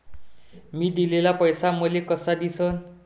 मी दिलेला पैसा मले कसा दिसन?